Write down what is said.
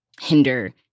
hinder